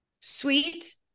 sweet